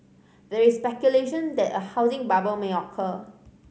there is speculation that a housing bubble may occur